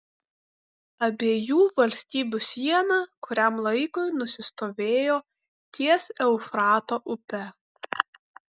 abiejų valstybių siena kuriam laikui nusistovėjo ties eufrato upe